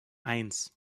eins